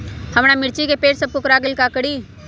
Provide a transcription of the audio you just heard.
हमारा मिर्ची के पेड़ सब कोकरा गेल का करी?